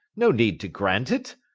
no need to grant it.